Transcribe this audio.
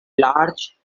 large